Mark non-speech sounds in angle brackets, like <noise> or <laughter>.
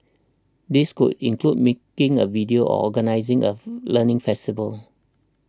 these could include making a video or organising a <hesitation> learning festival